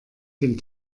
den